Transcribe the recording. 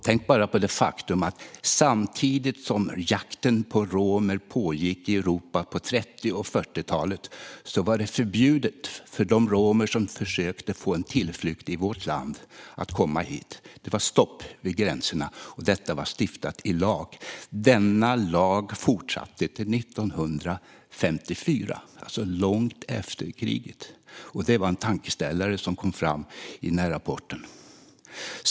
Tänk bara på det faktum att samtidigt som jakten på romer pågick i Europa på 30 och 40-talen var det förbjudet för de romer som försökte få en tillflykt i vårt land att komma hit! Det var stopp vid gränserna, och detta var stiftat i lag. Denna lag fortsatte att gälla till 1954, alltså långt efter kriget. Det var en tankeställare som kom fram när man läste rapporten.